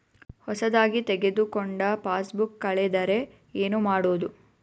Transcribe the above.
ಹೊಸದಾಗಿ ತೆಗೆದುಕೊಂಡ ಪಾಸ್ಬುಕ್ ಕಳೆದರೆ ಏನು ಮಾಡೋದು?